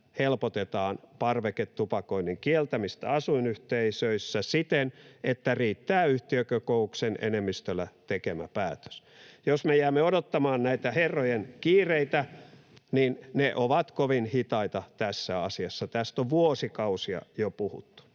helpotetaan parveketupakoinnin kieltämistä asuinyhteisöissä siten, että yhtiökokouksen enemmistöllä tekemä päätös riittää. Jos me jäämme odottamaan näitä herrojen kiireitä, niin ne ovat kovin hitaita tässä asiassa. Tästä on vuosikausia jo puhuttu.